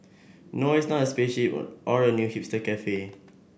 no it's not a spaceship or a new hipster cafe